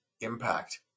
impact